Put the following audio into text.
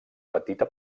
petita